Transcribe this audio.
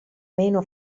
meno